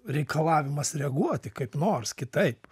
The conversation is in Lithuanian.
reikalavimas reaguoti kaip nors kitaip